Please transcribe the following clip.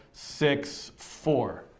six, four.